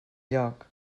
lloc